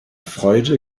freude